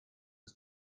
ist